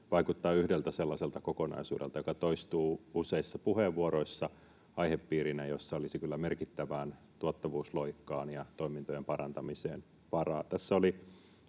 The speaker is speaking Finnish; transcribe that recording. vaikuttaa yhdeltä sellaiselta kokonaisuudelta, joka toistuu useissa puheenvuoroissa aihepiirinä, jossa olisi kyllä merkittävään tuottavuusloikkaan ja toimintojen parantamiseen varaa.